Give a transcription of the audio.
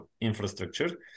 infrastructure